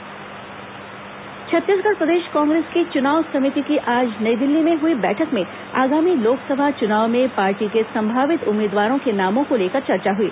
कांग्रेस चुनाव समिति बैठक छत्तीसगढ़ प्रदेश कांग्रेस की चुनाव समिति की आज नई दिल्ली में हुई बैठक में आगामी लोकसभा चुनाव में पार्टी के संभावित उम्मीदवारों के नामों को लेकर चर्चा हई